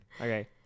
Okay